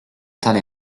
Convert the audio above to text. tale